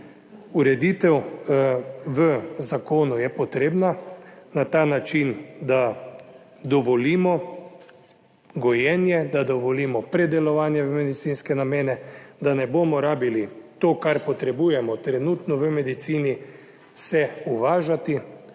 Ureditev v zakonu je potrebna na ta način, da dovolimo gojenje, da dovolimo predelovanje v medicinske namene, da ne bomo rabili to, kar potrebujemo trenutno v medicini, vse uvažati;